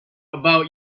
about